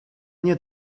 nie